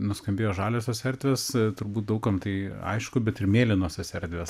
nuskambėjo žaliosios erdvės turbūt daug kam tai aišku bet ir mėlynosios erdvės